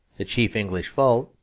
the chief english fault,